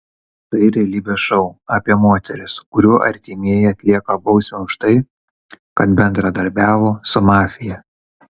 tai realybės šou apie moteris kurių artimieji atlieka bausmę už tai kad bendradarbiavo su mafija